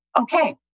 Okay